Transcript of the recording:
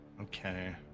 Okay